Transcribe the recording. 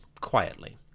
quietly